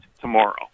tomorrow